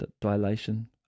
dilation